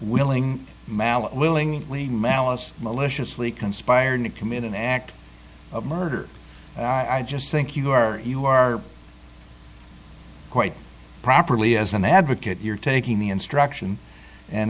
willing we malice maliciously conspiring to commit an act of murder i just think you are you are quite properly as an advocate you're taking the instruction and